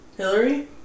Hillary